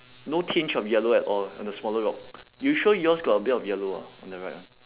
no tinge of yellow at all on the smaller rock you sure yours got a bit of yellow ah on the right one